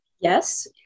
Yes